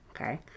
okay